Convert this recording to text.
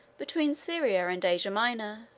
between syria and asia minor.